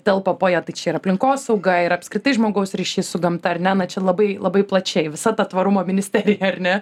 telpa po ja tai čia ir aplinkosauga ir apskritai žmogaus ryšys su gamta ar ne na čia labai labai plačiai visa ta tvarumo ministerija ar ne